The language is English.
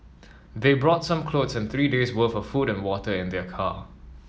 they brought some clothes and three days' worth of food and water in their car